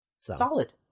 Solid